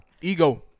Ego